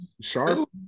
Sharp